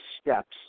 steps